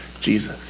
Jesus